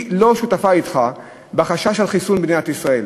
שותפה לחשש שלך בדבר חיסול מדינת ישראל.